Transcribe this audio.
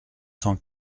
cent